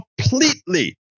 completely